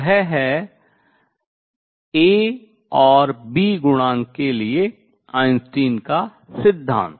वह है A और B गुणांक के लिए आइंस्टीन का सिद्धांत